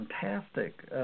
fantastic